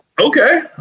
Okay